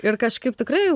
ir kažkaip tikrai